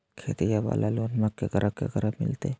खेतिया वाला लोनमा केकरा केकरा मिलते?